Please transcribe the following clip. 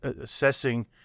assessing